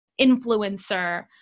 influencer